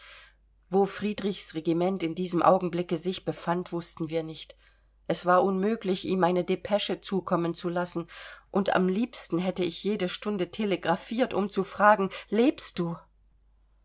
wo friedrichs regiment in diesem augenblicke sich befand wußten wir nicht es war unmöglich ihm eine depesche zukommen zu lassen und am liebsten hätte ich jede stunde telegraphiert um zu fragen lebst du